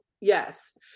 Yes